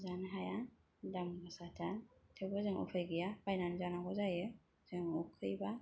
जानो हाया दाम गोसाथार थेवबो जों उपाय गैया बायनानै जानांगौ जायो जों उखैबा